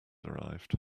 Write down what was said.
arrived